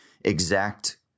exact